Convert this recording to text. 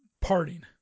parting